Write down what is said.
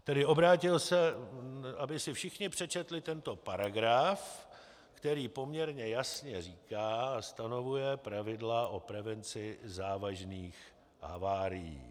Tedy obrátil se, aby si všichni přečetli tento paragraf, který poměrně jasně říká a stanovuje pravidla o prevenci závažných havárií.